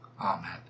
Amen